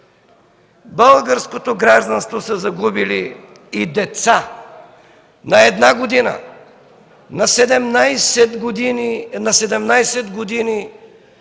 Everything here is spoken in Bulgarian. българското гражданство са загубили и деца на една година, на 17 години,